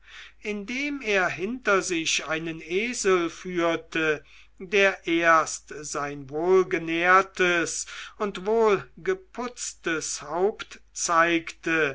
indem er hinter sich einen esel führte der erst sein wohlgenährtes und wohlgeputztes haupt zeigte